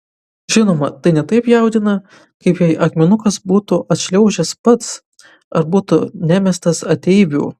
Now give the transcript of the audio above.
žinoma tai ne taip jaudina kaip jei akmenukas būtų atšliaužęs pats ar būtų nemestas ateivių